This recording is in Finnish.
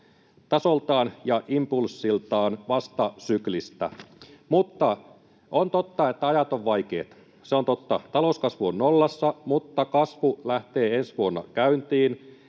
tasoltaan ja impulssiltaan vastasyklistä.” On totta, että ajat ovat vaikeat. Se on totta. Talouskasvu on nollassa, mutta kasvu lähtee ensi vuonna käyntiin.